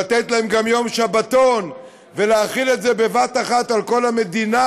לתת בהן גם יום שבתון ולהחיל את זה בבת-אחת על כל המדינה.